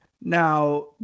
Now